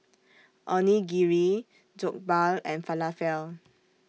Onigiri Jokbal and Falafel